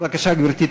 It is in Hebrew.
בבקשה, גברתי תמשיך.